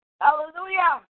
Hallelujah